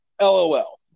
lol